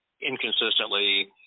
inconsistently